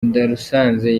ndarusanze